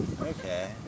Okay